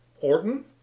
Orton